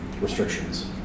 restrictions